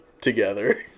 together